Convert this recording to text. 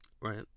right